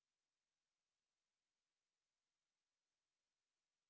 positioning of things and all that you know to each other ya